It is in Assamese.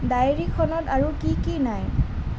ডায়েৰিখনত আৰু কি কি নাই